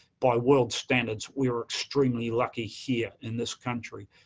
by world standards, we are extremely lucky here in this country.